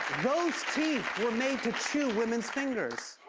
those teeth were made to chew women's fingers.